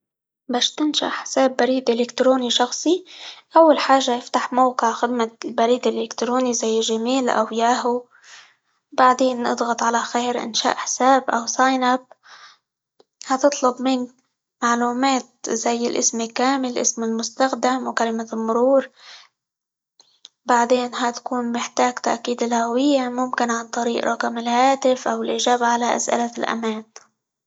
باش تنشأ حساب بريد إلكتروني شخصي، أول حاجة افتح موقع خدمة البريد الإلكتروني زى جيميل، أو ياهو، بعدين اضغط على خيار إنشاء حساب، أو إشتراك، هتطلب منك معلومات زي الاسم كامل، اسم المستخدم، وكلمة المرور، بعدين هتكون محتاج تأكيد الهوية، ممكن عن طريق رقم الهاتف، أو الإجابة على أسئلة في الأمان.